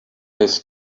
his